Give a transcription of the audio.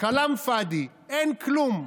כלאם פאדי, אין כלום.